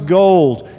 gold